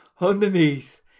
underneath